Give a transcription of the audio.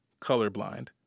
colorblind